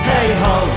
Hey-ho